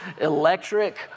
electric